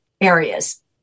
areas